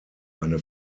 eine